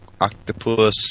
octopus